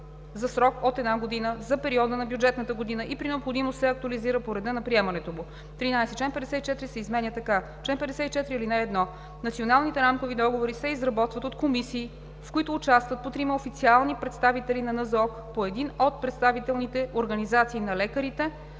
за срок от една година за периода на бюджетната година и при необходимост се актуализират по реда на приемането му.“ 13. Чл. 54 се изменя така: „Чл. 54. (1) Националните рамкови договори се изработват от комисии, в които участват: по трима официални представители на НЗОК, по един от представителните организации на лекарите,